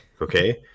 Okay